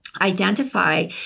Identify